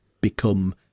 become